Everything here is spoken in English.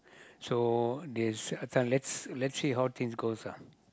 so this uh this one let's let's see how things goes ah